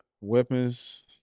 Weapons